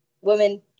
women